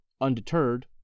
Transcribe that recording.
undeterred